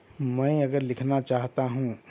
میں اگر لکھنا چاہتا ہوں